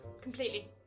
completely